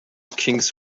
kings